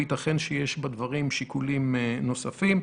ויתכן שיש בדברים שיקולים נוספים.